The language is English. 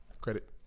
Credit